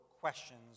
questions